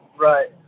Right